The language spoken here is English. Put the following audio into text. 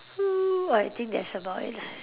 hmm I think that's about it lah